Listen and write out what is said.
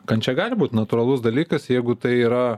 kančia gali būt natūralus dalykas jeigu tai yra